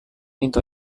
into